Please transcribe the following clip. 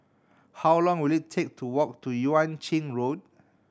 how long will it take to walk to Yuan Ching Road